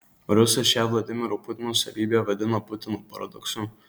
rusas šią vladimiro putino savybę vadina putino paradoksu